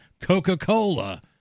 Coca-Cola